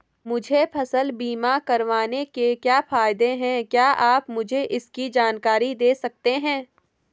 मुझे फसल बीमा करवाने के क्या फायदे हैं क्या आप मुझे इसकी जानकारी दें सकते हैं?